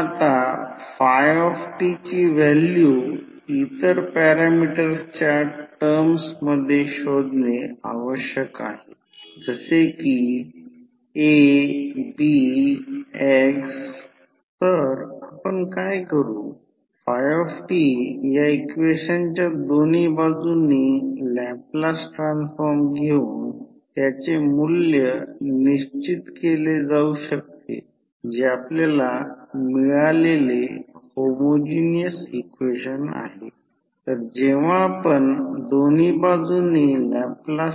मग बघा जेव्हा सेकंडरी वायडींगला लोड जोडला जातो तेव्हा एक आयडियल ट्रान्सफॉर्मरमध्ये करंट I2 वाहतो लॉसेसकडे दुर्लक्ष केले जाते आणि ट्रान्सफॉर्मरला 100 टक्के कार्यक्षम मानले जाते जरी वास्तविक आयडियल ट्रान्सफॉर्मर